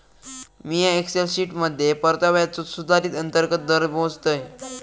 मिया एक्सेल शीटमध्ये परताव्याचो सुधारित अंतर्गत दर मोजतय